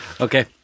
Okay